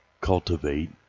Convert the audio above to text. cultivate